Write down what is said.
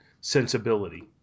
sensibility